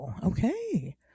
Okay